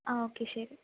ആ ഓക്കേ ശരി